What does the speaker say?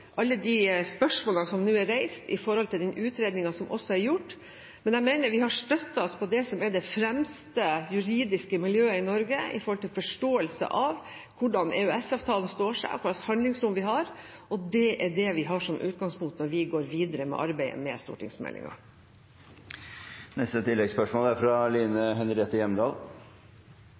spørsmålene som nå er reist i forhold til den utredningen som også er gjort. Men jeg mener vi har støttet oss på det som er det fremste juridiske miljøet i Norge for forståelsen av hvordan EØS-avtalen står seg, og hva slags handlingsrom vi har. Det er det vi har som utgangspunkt når vi går videre med arbeidet med stortingsmeldingen. Line Henriette Hjemdal – til oppfølgingsspørsmål. Det er